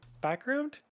background